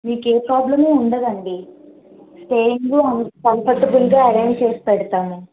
మీకు ఏ ప్రాబ్లం ఉండదు అండి స్టేయింగ్ అంత కంఫర్టబుల్ గా అరెంజ్ చేసి పెడతాము